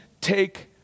take